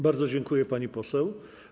Bardzo dziękuję, pani poseł.